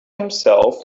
himself